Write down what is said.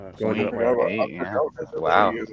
Wow